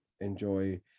enjoy